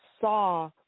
saw